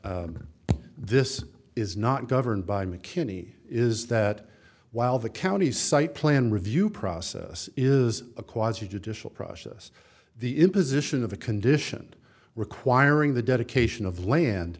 this is not governed by mckinney is that while the county site plan review process is a quasi judicial process the imposition of a condition requiring the dedication of